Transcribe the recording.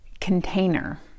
container